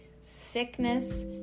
Sickness